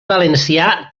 valencià